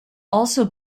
also